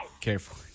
Careful